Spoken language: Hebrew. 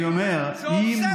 אני אומר, אם